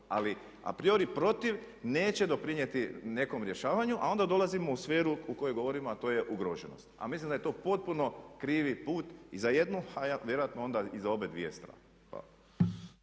Ali a priori protiv neće doprinijeti nekom rješavanju, a onda dolazimo u sferu u kojoj govorimo, a to je ugroženost. A mislim da je to potpuno krivi put i za jednu, a vjerojatno onda i za obje strane.